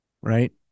right